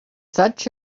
such